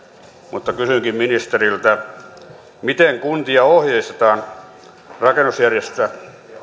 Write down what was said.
mutta kysynkin ministeriltä miten kuntia ohjeistetaan rakennusjärjestyksiä